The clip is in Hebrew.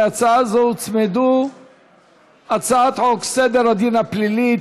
להצעה זו הוצמדו הצעת חוק סדר הדין הפלילי,